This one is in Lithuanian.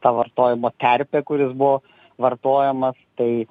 tą vartojimo terpę kur jis buvo vartojamas tai